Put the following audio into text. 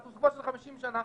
סטטוס-קוו של 50 שנה.